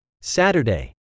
Saturday